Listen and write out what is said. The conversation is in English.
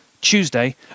Tuesday